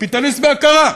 קפיטליסט בהכרה,